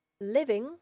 living